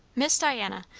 miss diana,